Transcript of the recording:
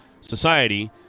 society